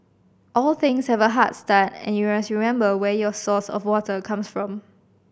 all things have a hard start and you must remember where your source of water comes from